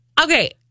Okay